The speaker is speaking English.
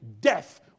death